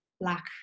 black